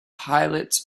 pilots